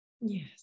Yes